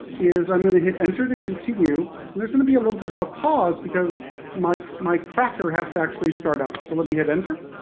is i'm going to hit enter to continue. and there's going to be a little bit of a pause because my my cracker has to actually start up, so let me hit enter.